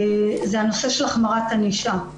זה הנושא של החמרת ענישה.